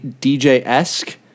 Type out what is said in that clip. DJ-esque